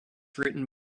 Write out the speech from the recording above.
written